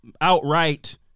outright